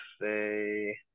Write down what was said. say